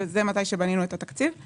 וזה הזמן שבו בנינו את התקציב,